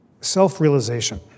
Self-realization